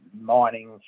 mining